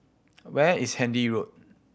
where is Handy Road